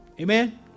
Amen